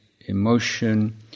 emotion